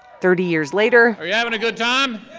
thirty years later. are you having a good time?